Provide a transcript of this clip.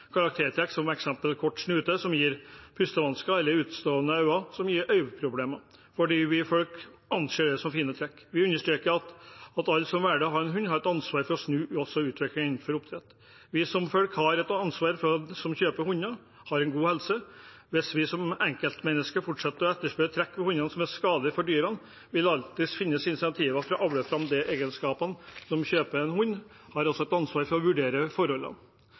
karaktertrekk som eksempelvis kort snute, som gir pustevansker, eller utstående øyne, som gir øyeproblemer, fordi folk anser det som fine trekk. Vi understreker at alle som velger å ha en hund, også har et ansvar for å snu utviklingen innenfor oppdrett. Vi som kjøper hunder, har et ansvar for at hundene har god helse. Hvis vi som enkeltmennesker fortsetter å etterspørre trekk ved hundene som er skadelige for dyrene, vil det alltid finnes insentiver for å avle fram disse egenskapene. De som kjøper en hund, har også et ansvar for å vurdere forholdene.